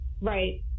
Right